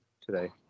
today